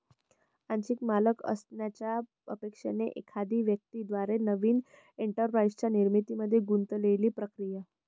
आंशिक मालक असण्याच्या अपेक्षेने एखाद्या व्यक्ती द्वारे नवीन एंटरप्राइझच्या निर्मितीमध्ये गुंतलेली प्रक्रिया